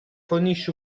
fornisce